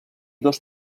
dos